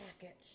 package